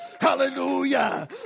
hallelujah